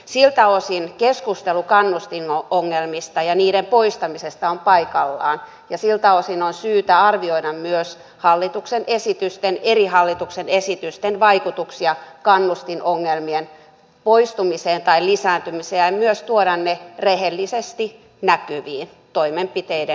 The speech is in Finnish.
siltä osin keskustelu kannustinongelmista ja niiden poistamisesta on paikallaan ja siltä osin on syytä arvioida myös eri hallituksen esitysten vaikutuksia kannustinongelmien poistumiseen tai lisääntymiseen ja myös tuoda ne rehellisesti näkyviin toimenpiteiden kera